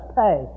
pay